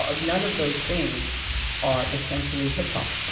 ah none of those things are essentially hip hop.